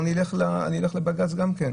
אני אלך לבג"צ גם כן.